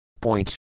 Point